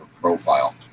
profile